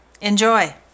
Enjoy